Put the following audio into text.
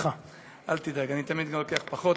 אל תדאג, אני תמיד לוקח פחות.